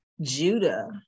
Judah